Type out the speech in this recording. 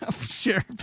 Sure